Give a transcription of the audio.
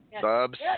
Bubs